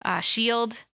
shield